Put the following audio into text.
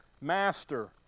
Master